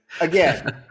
again